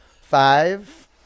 Five